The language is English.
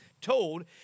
told